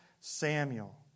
Samuel